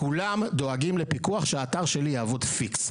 כולם דואגים לפיקוח שהאתר שלי יעבוד פיקס.